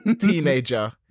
teenager